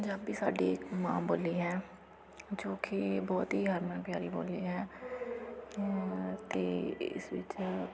ਪੰਜਾਬੀ ਸਾਡੀ ਮਾਂ ਬੋਲੀ ਹੈ ਜੋ ਕਿ ਬਹੁਤ ਹੀ ਹਰਮਨ ਪਿਆਰੀ ਬੋਲੀ ਹੈ ਅਤੇ ਇਸ ਵਿੱਚ